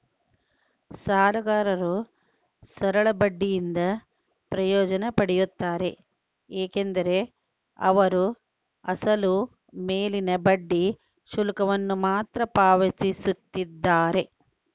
ಸಾಲಗಾರರು ಸರಳ ಬಡ್ಡಿಯಿಂದ ಪ್ರಯೋಜನ ಪಡೆಯುತ್ತಾರೆ ಏಕೆಂದರೆ ಅವರು ಅಸಲು ಮೇಲಿನ ಬಡ್ಡಿ ಶುಲ್ಕವನ್ನು ಮಾತ್ರ ಪಾವತಿಸುತ್ತಿದ್ದಾರೆ